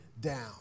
down